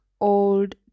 Old